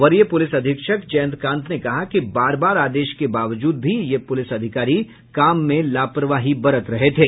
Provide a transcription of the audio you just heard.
वरीय पुलिस अधीक्षक जयंत कांत ने कहा कि बार बार आदेश के बावजूद भी ये पुलिस अधिकारी काम में लापरवाही बरत रहे थे